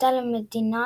אותה למדינה